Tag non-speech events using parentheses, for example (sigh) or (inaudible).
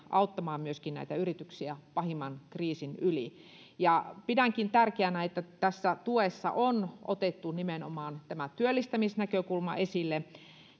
(unintelligible) auttamaan myöskin näitä yrityksiä pahimman kriisin yli pidänkin tärkeänä että tässä tuessa on otettu nimenomaan tämä työllistämisnäkökulma esille